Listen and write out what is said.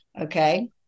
okay